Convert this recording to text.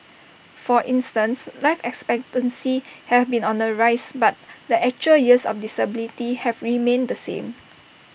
for instance life expectancy have been on the rise but the actual years of disability have remained the same